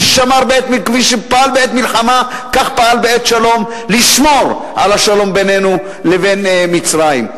כפי שפעל בעת מלחמה כך פעל בעת שלום לשמור על השלום בינינו לבין מצרים.